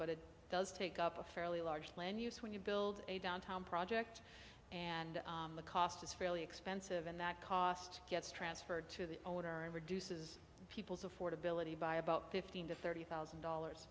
but it does take up a fairly large land use when you build a downtown project and the cost is fairly expensive and that cost gets transferred to the owner and reduces people's affordability by about fifteen to thirty thousand dollars